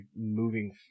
moving